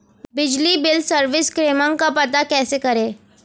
बिजली bill service क्रमांक का पता कैसे करें?